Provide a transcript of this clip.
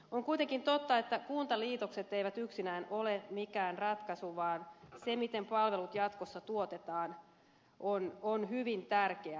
on kuitenkin totta että kuntaliitokset eivät yksinään ole mikään ratkaisu vaan se miten palvelut jatkossa tuotetaan on hyvin tärkeää